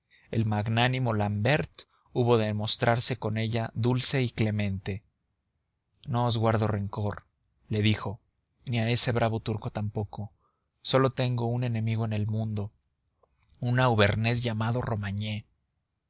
el magnánimo l'ambert hubo de mostrarse con ella dulce y clemente no os guardo rencor le dijo ni a ese bravo turco tampoco sólo tengo un enemigo en el mundo un auvernés llamado romagné